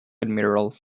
admiral